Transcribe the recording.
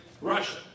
Russia